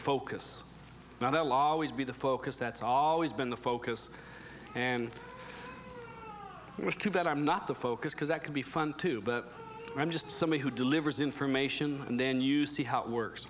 focus now that will always be the focus that's always been the focus and it was too bad i'm not the focus because that can be fun too but i'm just somebody who delivers information and then you see how it works